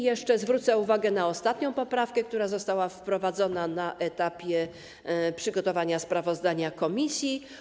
Jeszcze zwrócę uwagę na ostatnią poprawkę, która została wprowadzona na etapie przygotowywania sprawozdania komisji.